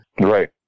Right